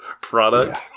product